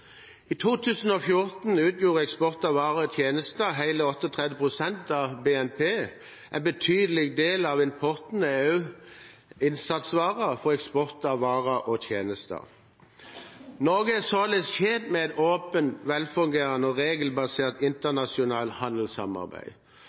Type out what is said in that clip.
I 2014 utgjorde eksport av varer og tjenester hele 38 pst. av BNP. En betydelig del av importen er også innsatsvarer for eksport av varer og tjenester. Norge er således tjent med et åpent, velfungerende og regelbasert